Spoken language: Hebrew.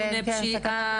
ארגוני פשיעה?